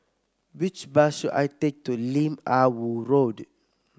which bus should I take to Lim Ah Woo Road